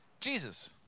Jesus